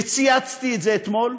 וצייצתי את זה אתמול,